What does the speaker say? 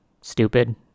stupid